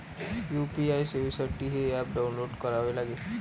UPI सेवेसाठी हे app download करावे लागेल